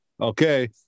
Okay